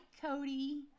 Cody